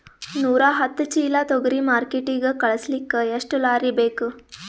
ನೂರಾಹತ್ತ ಚೀಲಾ ತೊಗರಿ ಮಾರ್ಕಿಟಿಗ ಕಳಸಲಿಕ್ಕಿ ಎಷ್ಟ ಲಾರಿ ಬೇಕು?